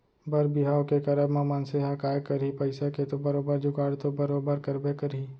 बर बिहाव के करब म मनसे ह काय करही पइसा के तो बरोबर जुगाड़ तो बरोबर करबे करही